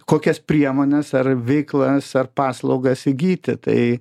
kokias priemones ar veiklas ar paslaugas įgyti tai